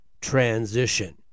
transition